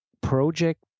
project